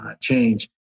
change